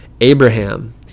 Abraham